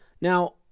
Now